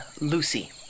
Lucy